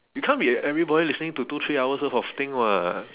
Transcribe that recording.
it can't be everybody listening to two three hours worth of thing [what]